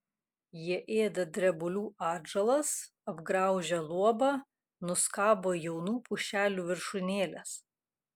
jie ėda drebulių atžalas apgraužia luobą nuskabo jaunų pušelių viršūnėles